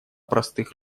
простых